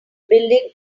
building